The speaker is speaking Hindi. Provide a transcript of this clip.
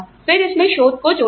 फिर इसमें शोध को जोड़ा गया